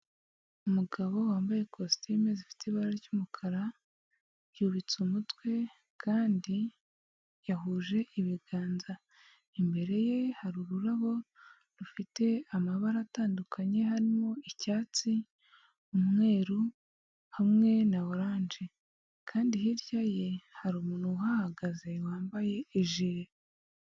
Umugabo wambaye ikositime zifite ibara ry'umukara, yubitse umutwe, kandi yahuje ibiganza. Imbere ye hari ururabo, rufite amabara atandukanye, harimo icyatsi, umweru, hamwe na oranje. Kandi hirya ye hari umuntu uhahagaze, wambaye ijire.